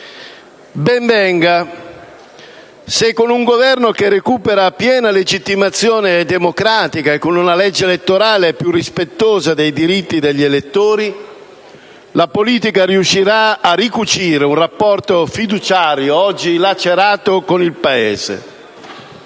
Ben venga se, con un Governo che recupera piena legittimazione democratica e con una legge elettorale più rispettosa dei diritti degli elettori, la politica riuscirà a ricucire un rapporto fiduciario, oggi lacerato, con il Paese.